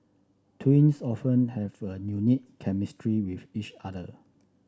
twins often have a unique chemistry with each other